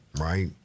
Right